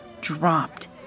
dropped